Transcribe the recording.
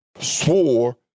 swore